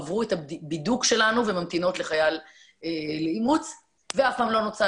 עברו את הבידוק שלנו וממתינות לחייל לאימוץ ואף פעם לא נוצל